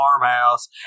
farmhouse